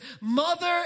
mother